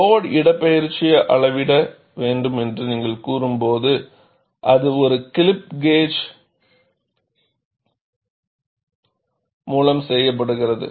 load இடப்பெயர்ச்சியை அளவிட வேண்டும் என்று நீங்கள் கூறும்போது அது ஒரு கிளிப் கேஜ் மூலம் செய்யப்படுகிறது